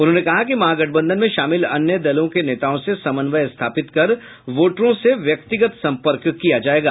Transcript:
उन्होंने कहा कि महागठबंधन में शामिल अन्य दलों के नेताओं से समन्वय स्थापित कर वोटरों से व्यक्तिगत संपर्क किया जायेगा